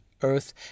Earth